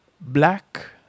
Black